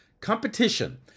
competition